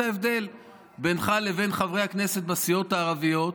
ההבדל בינך לבין חברי הכנסת בסיעות הערביות,